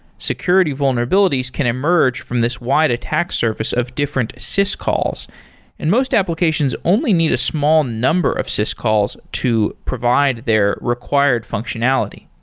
security vulnerabilities can emerge from this wide attack surface of different syscalls and most applications only need a small number of syscalls to provide their required functionality.